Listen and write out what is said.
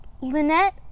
Lynette